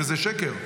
וזה שקר.